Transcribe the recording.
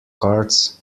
cards